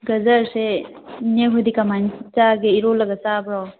ꯒꯖꯔꯁꯦ ꯏꯅꯦꯍꯣꯏꯗꯤ ꯀꯃꯥꯏꯅ ꯆꯥꯒꯦ ꯏꯔꯣꯜꯂꯒ ꯆꯥꯕ꯭ꯔꯣ